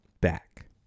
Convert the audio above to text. back